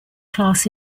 class